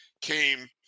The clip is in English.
came